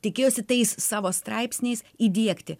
tikėjosi tais savo straipsniais įdiegti